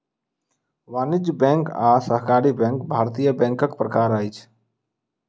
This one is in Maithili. वाणिज्य बैंक आ सहकारी बैंक भारतीय बैंकक प्रकार अछि